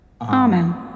Amen